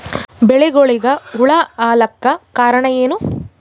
ಬೆಳಿಗೊಳಿಗ ಹುಳ ಆಲಕ್ಕ ಕಾರಣಯೇನು?